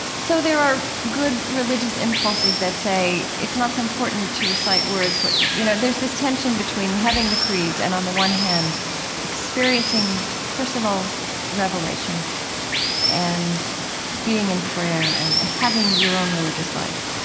so there are good religious impulses that say it's not so important to to recite words what you know, there's this tension between having the creeds and on the one hand experiencing personal revelation and being in prayer and and having your own religious life.